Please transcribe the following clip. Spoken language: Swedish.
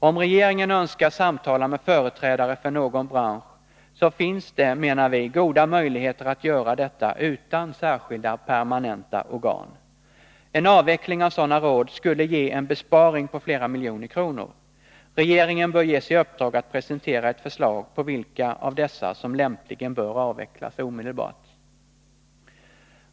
Om regeringen önskar samtala med företrädare för någon bransch finns det, menar vi, goda möjligheter att göra detta utan särskilda, permanenta organ. En avveckling av sådana råd skulle ge en besparing på flera miljoner kronor. Regeringen bör ges i uppdrag att presentera ett förslag på vilka av dessa som lämpligen bör avvecklas omedelbart.